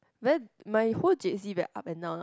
my whole J_C very up and down